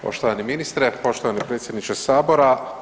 Poštovani ministre, poštovani predsjedniče Sabora.